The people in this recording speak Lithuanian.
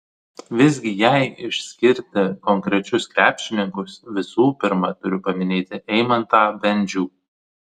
visgi jei išskirti konkrečius krepšininkus visų pirma turiu paminėti eimantą bendžių